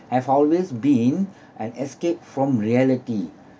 have always been an escape from reality